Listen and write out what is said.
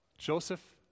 Joseph